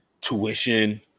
tuition